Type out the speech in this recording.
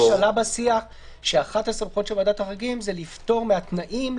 במפורש עלה בשיח שאחת הסמכויות של ועדת החריגים היא לפטור מהתנאים,